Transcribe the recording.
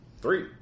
Three